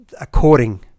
according